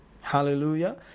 Hallelujah